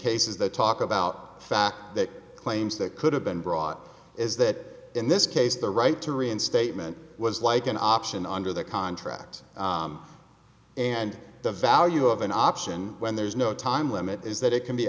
cases that talk about the fact that claims that could have been brought is that in this case the right to reinstatement was like an option under the contract and the value of an option when there is no time limit is that it can be